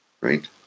right